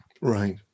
Right